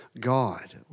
God